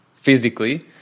physically